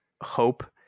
Hope